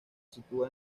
sitúa